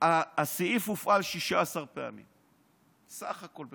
הסעיף הופעל 16 פעמים בסך הכול,